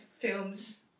films